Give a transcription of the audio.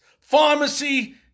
pharmacy